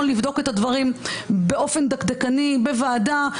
לבדוק את הדברים באופן דקדקני בוועדה,